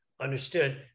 Understood